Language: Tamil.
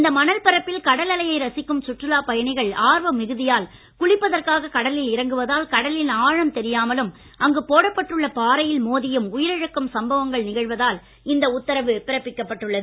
இந்த மணல் பரப்பில் கடல் அலையை ரசிக்கும் சுற்றுலாப் பயணிகள் ஆர்வம் மிகுதியால் குளிப்பதற்காக கடலில் இறங்குவதால் கடலின் ஆழம் தெரியாமலும் அங்கு போடப்பட்டுள்ள பாறையில் மோதியும் உயிரிழக்கும் பிறப்பிக்கப்பட்டுள்ளது